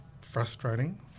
frustrating